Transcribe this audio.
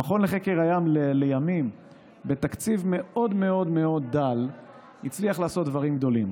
המכון לחקר הים לימים בתקציב מאוד מאוד דל הצליח לעשות דברים גדולים,